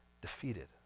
defeated